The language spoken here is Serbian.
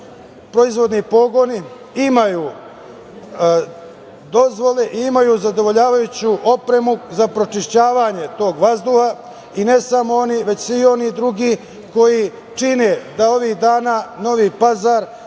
proizvodni pogoni imaju dozvole i zadovoljavajuću opremu za pročišćavanje tog vazduha, i ne samo oni već i svi oni drugi koji čine da ovih dana Novi Pazar